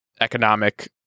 economic